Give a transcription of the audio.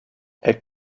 est